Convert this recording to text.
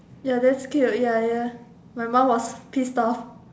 ya that's cute ya ya my mum was pissed off